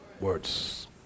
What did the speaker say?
Words